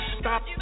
stop